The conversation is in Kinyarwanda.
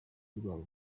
rwabo